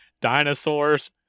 dinosaurs